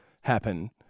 happen